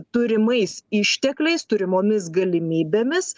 turimais ištekliais turimomis galimybėmis